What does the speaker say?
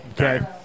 okay